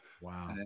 Wow